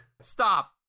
Stop